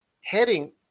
heading